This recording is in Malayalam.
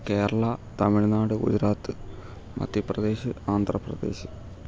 കേരള തമിഴ്നാട് ഗുജറാത്ത് മധ്യപ്രദേശ് ആന്ധ്രപ്രദേശ്